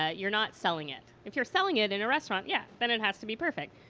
ah you're not selling it. if you're selling it in a restaurant, yeah then it has to be perfect.